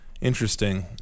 interesting